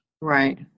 Right